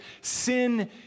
sin